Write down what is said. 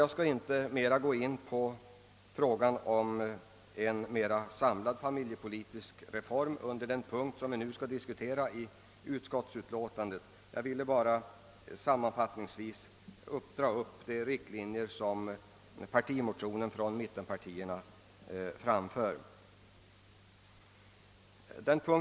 Jag skall inte närmare gå in på en diskussion om en mera samlad familjepolitisk reform under den punkt i utskottsutlåtandet vi nu behandlar. Jag har bara sammanfattningsvis velat dra upp de riktlinjer som mittenpartiernas partimotion i år för fram.